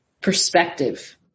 perspective